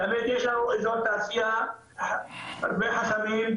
את האמת יש לנו אזור תעשייה הרבה חסמים,